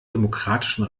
demokratischen